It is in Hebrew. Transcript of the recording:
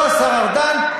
לא השר ארדן,